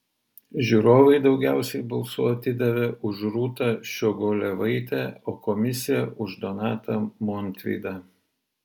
žiūrovai daugiausiai balsų atidavė už rūtą ščiogolevaitę o komisija už donatą montvydą